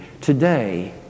today